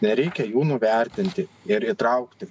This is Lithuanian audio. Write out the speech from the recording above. nereikia jų nuvertinti ir įtraukti